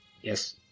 yes